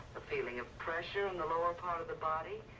a feeling of pressure on the lower part of the body,